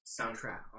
soundtrack